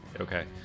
Okay